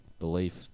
belief